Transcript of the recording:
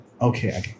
okay